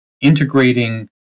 integrating